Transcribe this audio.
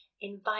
invite